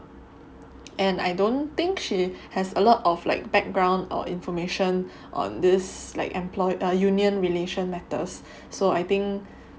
and I don't think she has a lot of like background or information on this like employ err union relation matters so I think